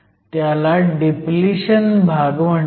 त्याला डिप्लिशन भाग म्हणतात